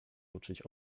uczyć